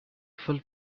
fell